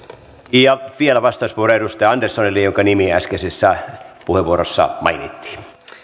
vielä vastauspuheenvuoro edustaja anderssonille jonka nimi äskeisessä puheenvuorossa mainittiin